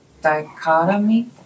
dichotomy